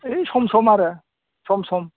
ओइ सम सम आरो सम सम